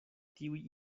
tiuj